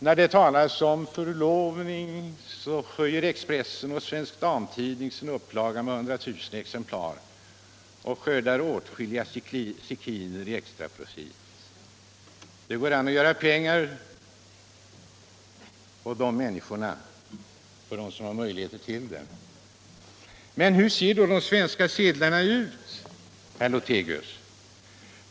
När det talas om förlovning höjer Expressen och Svensk Damtidning sina upplagor med 100 000 exemplar och skördar åtskilliga sekiner i extra profit. Det går an att göra pengar på de människorna för dem som har möjligheter till det. Men hur ser då de svenska sedlarna ut, herr Lothigius?